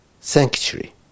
sanctuary